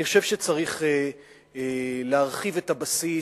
אני חושב שצריך להרחיב את הבסיס